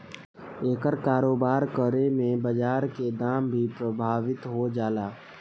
एकर कारोबार करे में बाजार के दाम भी प्रभावित हो जाला